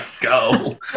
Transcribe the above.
go